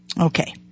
Okay